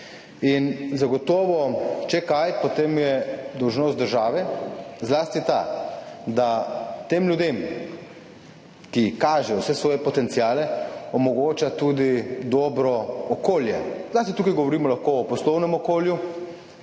Zagotovo, če kaj, potem je dolžnost države zlasti ta, da tem ljudem, ki kažejo vse svoje potenciale, omogoča tudi dobro okolje. Zlasti tukaj govorimo o poslovnem okolju,